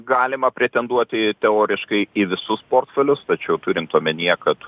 galima pretenduoti teoriškai į visus portfelius tačiau turint omenyje kad